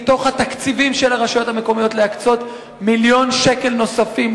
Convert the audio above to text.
מתוך התקציבים של הרשויות המקומיות להקצות מיליון שקל נוספים,